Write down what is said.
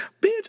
bitch